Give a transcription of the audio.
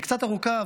היא קצת ארוכה,